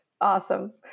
Awesome